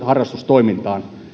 harrastustoimintaan